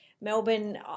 Melbourne